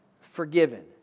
Forgiven